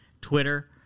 Twitter